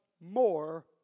more